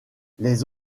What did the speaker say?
les